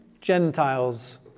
Gentiles